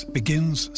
begins